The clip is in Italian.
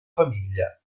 famiglia